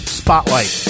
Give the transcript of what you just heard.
spotlight